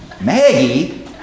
Maggie